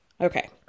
Okay